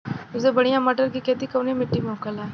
सबसे बढ़ियां मटर की खेती कवन मिट्टी में होखेला?